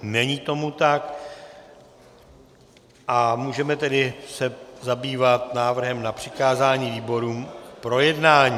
Není tomu tak, můžeme tedy se zabývat návrhem na přikázání výborům k projednání.